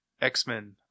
X-Men